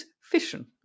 fission